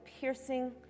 piercing